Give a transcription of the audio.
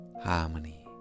harmony